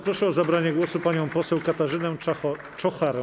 Proszę o zabranie głosu panią poseł Katarzynę Czocharę.